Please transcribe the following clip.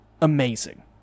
Amazing